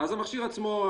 המכשיר עצמו,